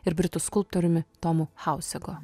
ir britų skulptoriumi tomu hausegu